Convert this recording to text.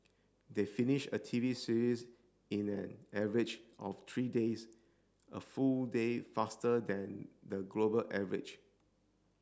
they finish a T V series in an average of three days a full day faster than the global average